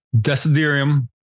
Desiderium